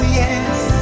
yes